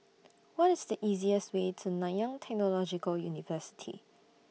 What IS The easiest Way to Nanyang Technological University